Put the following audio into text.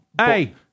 hey